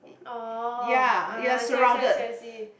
oh I see I see I see I see